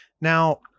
now